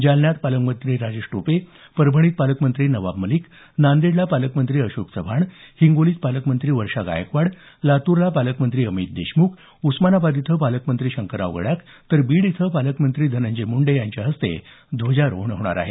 जालन्यात पालकमंत्री राजेश टोपे परभणीत पालकमंत्री नवाब मलिक नांदेडला पालकमंत्री अशोक चव्हाण हिंगोलीत पालकमंत्री वर्षा गायकवाड लातूरला पालकमंत्री अमित देशमुख उस्मानाबादला पालकमंत्री शंकरराव गडाख तर बीड इथं पालकमंत्री धनंजय मुंडे यांच्या हस्ते ध्वजारोहण होईल